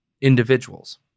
individuals